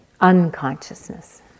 unconsciousness